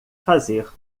fazer